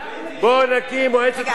בוא נקים מועצת חכמי התורה,